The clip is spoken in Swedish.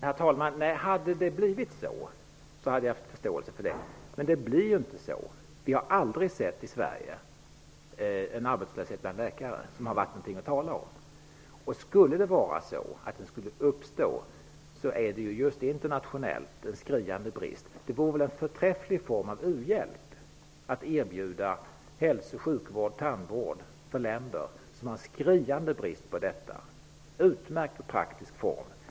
Herr talman! Nej, om det hade blivit så hade jag haft förståelse för den synpunkten, men det blir ju inte så. I Sverige har vi aldrig sett en arbetslöshet bland läkare som har varit något att tala om. Men skulle en sådan arbetslöshet uppstå råder det en skriande brist internationellt. Det vore väl en förträfflig form av u-hjälp att erbjuda hälso och sjukvård och tandvård till länder som har en skriande brist på detta. Det vore en utmärkt och praktisk form av bistånd.